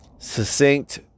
Succinct